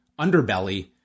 underbelly